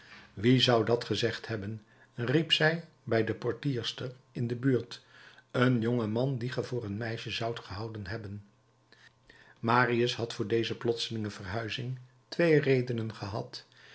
wie zou dat gezegd hebben riep zij bij de portierster in de buurt een jonge man dien ge voor een meisje zoudt gehouden hebben marius had voor deze plotselinge verhuizing twee redenen gehad